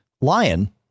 Lion